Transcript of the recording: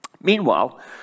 Meanwhile